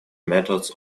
methods